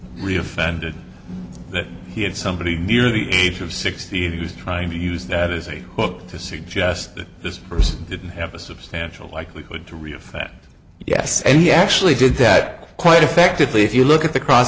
really offended that he had somebody near the age of sixty who's trying to use that as a hook to suggest that this person didn't have a substantial likelihood to relive that yes and he actually did that quite effectively if you look at the cross